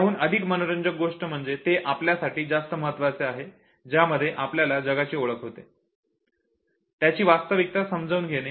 त्याहून अधिक मनोरंजक गोष्ट म्हणजे जे आपल्यासाठी जास्त महत्वाचे आहे ज्यामुळे आपल्याला जगाची ओळख होते त्याची वास्तविकता समजून घेणे